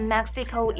Mexico